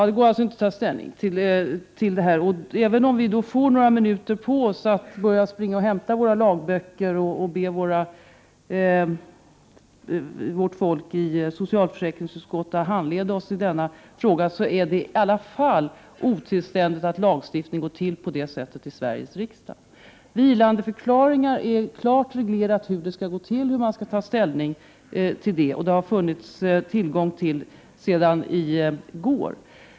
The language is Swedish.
Herr talman! Även om vi får några minuter på oss att hämta lagböcker och be vårt folk i socialförsäkringsutskottet att handleda oss i denna fråga, är det ändå otillständigt att lagstiftning skall få gå till på detta sätt i Sveriges riksdag. 87 Prot. 1988/89:125 Det är klart reglerat hur man skall ta ställning till vilandeförklaringar.